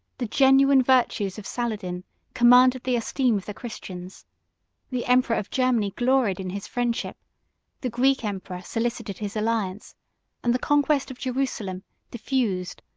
the genuine virtues of saladin commanded the esteem of the christians the emperor of germany gloried in his friendship the greek emperor solicited his alliance and the conquest of jerusalem diffused,